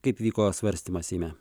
kaip vyko svarstymas seime